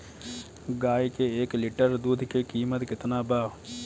गाय के एक लिटर दूध के कीमत केतना बा?